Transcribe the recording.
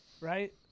right